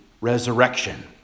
resurrection